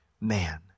man